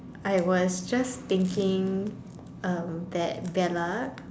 I was just thinking uh that Bella